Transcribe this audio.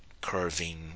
curving